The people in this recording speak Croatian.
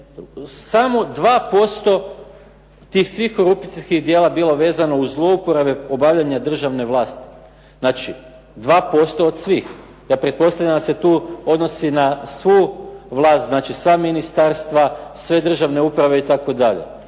samo 2% tih svih korupcijskih djela bilo vezano uz zlouporabe obavljanje državne vlasti. Znači 2% od svih. Pa pretpostavljam da se tu odnosi na svu vlas, znači sva ministarstva, sve državne uprave itd.